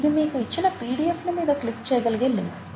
ఇది మీకు ఇచ్చిన పిడిఎఫ్ ల మీద క్లిక్ చేయగలిగే లింక్